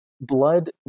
blood